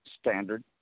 Standard